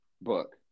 book